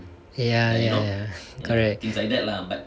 ya ya correct